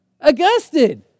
Augustine